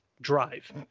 drive